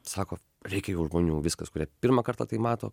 sako reikia jau žmonių viskas kurie pirmą kartą tai mato